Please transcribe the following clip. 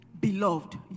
Beloved